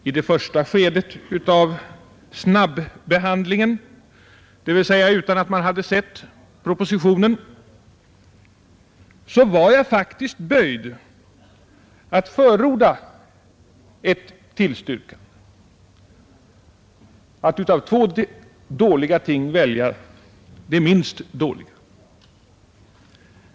I det första skedet av snabbehandlingen, dvs. utan att man hade sett propositionen, var jag faktiskt böjd att förorda ett tillstyrkande, att av två dåliga ting välja det minst dåliga.